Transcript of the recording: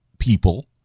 people